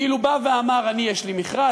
הוא כאילו בא ואמר: יש לי מכרז,